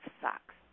sucks